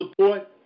support